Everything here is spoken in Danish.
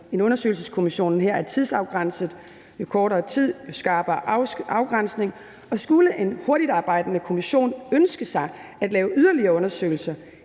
Undersøgelseskommissionen her er tidsafgrænset, jo kortere tid, jo skarpere afgrænsning, og skulle en hurtigtarbejdende kommission ønske sig at lave yderligere undersøgelser,